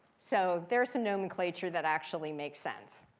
so there's some nomenclature that actually makes sense.